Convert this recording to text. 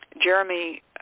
Jeremy